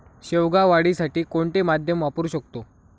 शेवगा वाढीसाठी कोणते माध्यम वापरु शकतो?